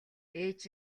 ээж